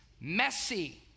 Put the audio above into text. messy